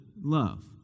love